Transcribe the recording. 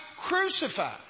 crucified